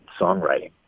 songwriting